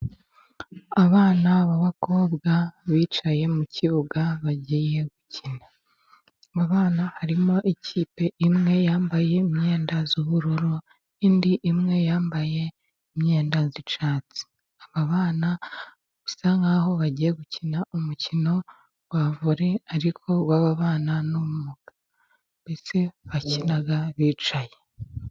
Abana b'abakobwa bicaye mu kibuga bagiye gukina, mu bana harimo ikipe imwe yambaye imyenda y'ubururu, indi imwe yambaye imyenda y'icyatsi, aba bana bisa nkaho bagiye gukina umukino wa vore ariko baba abana n'umwuga ndetse bakina bicaye.